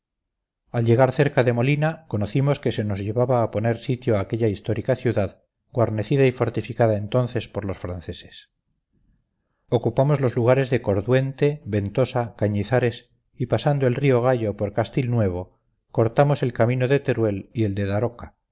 al llegar cerca de molina conocimos que se nos llevaba a poner sitio a aquella histórica ciudad guarnecida y fortificada entonces por los franceses ocupamos los lugares de corduente ventosa cañizares y pasando el río gallo por castilnuevo cortamos el camino de teruel y el de daroca